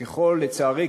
לצערי,